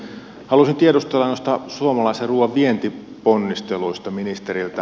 haluaisin tiedustella noista suomalaisen ruuan vientiponnisteluista ministeriltä